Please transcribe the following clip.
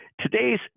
Today's